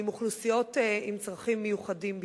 ועם אוכלוסיות עם צרכים מיוחדים בפרט.